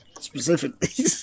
specifically